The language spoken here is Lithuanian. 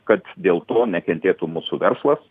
kad dėl to nekentėtų mūsų verslas